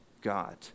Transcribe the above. God